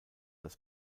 das